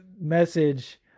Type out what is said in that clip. Message